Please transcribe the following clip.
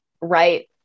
right